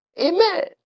Amen